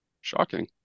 Shocking